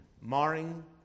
marring